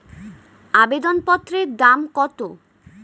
আবেদন পত্রের দাম কত?